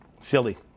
Silly